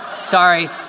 sorry